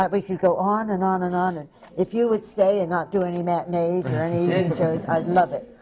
but we could go on and on and on, and if you would stay and not do any matinees or any evening shows, i'd love it.